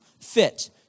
fit